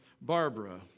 Barbara